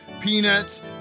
Peanuts